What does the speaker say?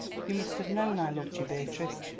you must have known i loved you, beatrice,